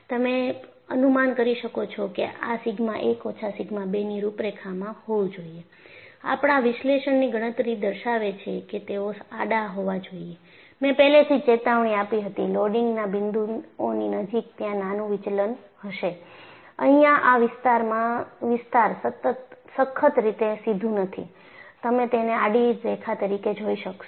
તમે અનુમાન કરી શકો છો કે આ સિગ્મા 1 ઓછા સિગ્મા 2 ની રૂપરેખામાં હોવું જોઈએ આપણા વિશ્લેષણની ગણતરી દર્શાવે છે કે તેઓ આડા હોવા જોઈએ મેં પહેલેથી જ ચેતવણી આપી હતી લોડિંગના બિંદુઓની નજીક ત્યાં નાનું વિચલન હશે અહીંયા આ વિસ્તાર સખત રીતે સીધું નથી તમે તેને આડી રેખા તરીકે જોઈ શકશો